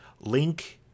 Link